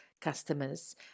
customers